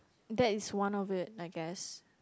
that is one of it I guess